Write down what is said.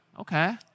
Okay